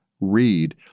read